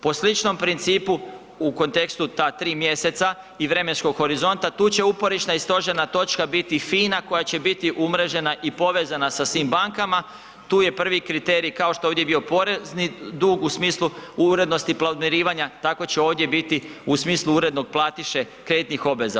Po sličnom principu u kontekstu ta 3 mjeseca i vremenskog horizonta, tu će uporišna i stožerna točka biti FINA koja će biti umrežena i povezana sa svim bankama, tu je prvi kriterij, kao što je ovdje bio porezni dug u smislu urednosti podmirivanja, tako će ovdje biti u smislu urednog platiše kreditnih obveza.